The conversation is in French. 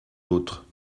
d’autres